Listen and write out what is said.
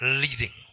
leading